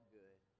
good